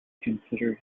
consider